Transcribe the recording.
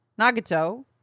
Nagato